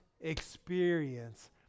experience